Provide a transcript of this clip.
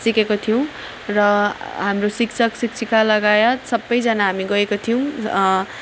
सिकेको थियौँ र हाम्रो शिक्षक शिक्षिका लगायत सबजना हामी गएका थियौँ